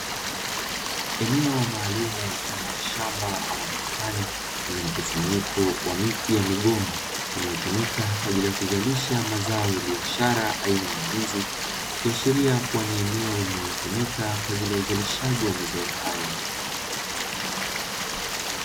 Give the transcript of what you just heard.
Eneo maalumu mfano wa shamba ama bustani, yenye mkusanyiko wa miti ya migomba inayotumika kwa ajili yakuzalisha mazao ya biashara aina ya ndizi, ikiashiria kuwa ni eneo linalotumika kwa ajili yauzalishaji wa mazao hayo.